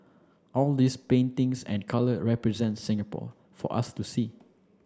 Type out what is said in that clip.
all these paintings and colour represent Singapore for us to see